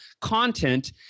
content